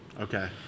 Okay